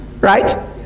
right